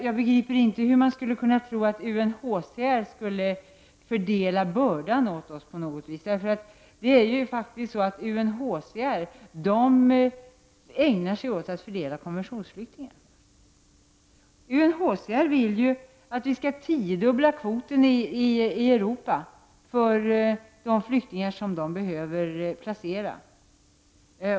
Jag begriper inte hur man skulle kunna tro att UNHCR på något sätt skulle fördela bördan åt oss. UNHCR ägnar sig åt att fördela konventionsflyktingar och vill ju att Europa skall tiodubbla kvoten av de flyktingar som UNHCR behöver placera.